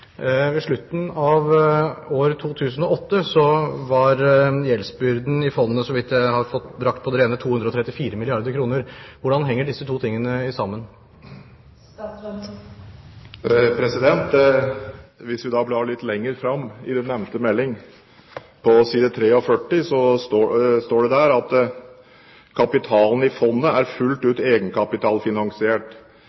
Ved slutten av år 2008 var gjeldsbyrden i fondet, så vidt jeg har fått brakt på det rene, 234 milliarder kr. Hvordan henger disse to tingene sammen? Hvis vi blar litt i meldingen om forvaltningen av Statens pensjonsfond i 2008, St.meld. nr. 20 for 2008–2009, på side 43, så står det: «Kapitalen i fondet er fullt